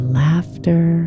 laughter